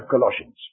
Colossians